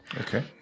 Okay